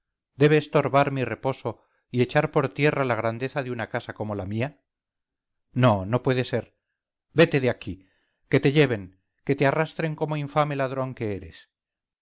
debe estorbar mi reposo y echar por tierra la grandeza de una casa como la mía no no puedeser vete de aquí que te lleven que te arrastren como infame ladrón que eres